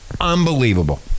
Unbelievable